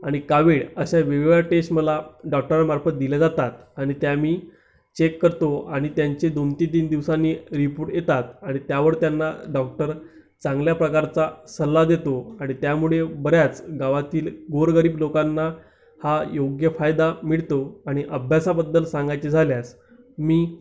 आणि कावीळ अशा वेगवेगळ्या टेस्ट मला डॉक्टरमार्फत दिल्या जातात आणि त्या मी चेक करतो आणि त्यांचे दोन ते तीन दिवसांनी रिपोर्ट येतात आणि त्यावर त्यांना डॉक्टर चांगल्या प्रकारचा सल्ला देतो आणि त्यामुळे बऱ्याच गावातील गोरगरीब लोकांना हा योग्य फायदा मिळतो आणि अभ्यासाबद्दल सांगायचे झाल्यास मी